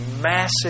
massive